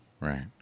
Right